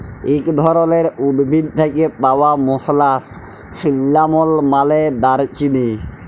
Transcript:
ইক ধরলের উদ্ভিদ থ্যাকে পাউয়া মসলা সিল্লামল মালে দারচিলি